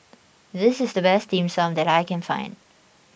this is the best Dim Sum that I can find